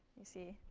you see.